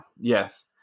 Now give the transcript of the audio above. yes